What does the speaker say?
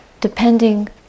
depending